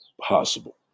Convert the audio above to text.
possible